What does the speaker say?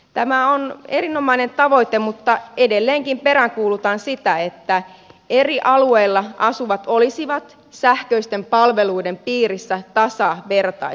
tämä on erinomainen tavoite mutta edelleenkin peräänkuulutan sitä että eri alueilla asuvat olisivat sähköisten palveluiden piirissä tasavertaisesti